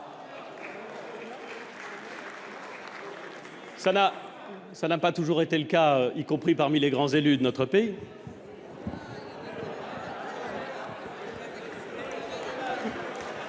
ça n'a pas toujours été le cas, y compris parmi les grands élus de notre pays.